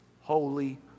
holy